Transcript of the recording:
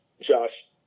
Josh